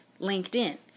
LinkedIn